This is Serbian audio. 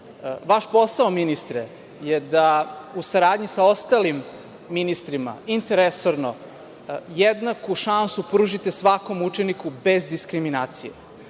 posao ministre je da u saradnji sa ostalim ministrima interresorno, jednaku šansu pružite svako učeniku bez diskriminacije.